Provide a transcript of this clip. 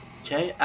okay